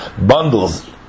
bundles